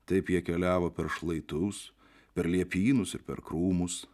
taip jie keliavo per šlaitus per liepynus ir per krūmus